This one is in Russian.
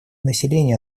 населения